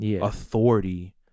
authority